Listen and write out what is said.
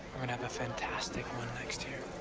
we're gonna have a fantastic one next year.